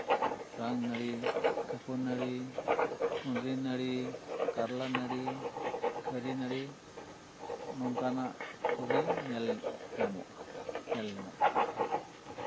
ᱥᱟᱝ ᱱᱟᱹᱲᱤ ᱠᱟᱹᱯᱩ ᱱᱟᱲᱤ ᱠᱩᱸᱫᱽᱨᱤ ᱱᱟᱹᱲᱤ ᱠᱟᱨᱞᱟ ᱱᱟᱹᱲᱤ ᱠᱟᱹᱨᱤ ᱱᱟᱹᱲᱤ ᱱᱚᱝᱠᱟᱱᱟᱜ ᱠᱚᱜᱮ ᱧᱮᱞ ᱧᱟᱢᱚᱜᱼᱟ ᱧᱮᱞ ᱧᱟᱢᱚᱜ ᱠᱟᱱᱟ